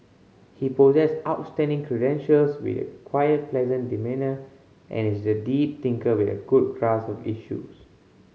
he possess outstanding credentials with a quiet pleasant demeanour and is a deep thinker with a good grasp of issues